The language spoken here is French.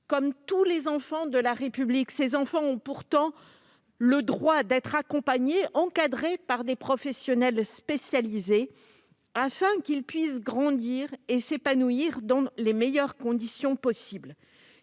Comme tous les enfants de la République, ils ont le droit d'être accompagnés, encadrés par des professionnels spécialisés, afin de pouvoir grandir et s'épanouir dans les meilleures conditions possible.